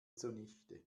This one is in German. zunichte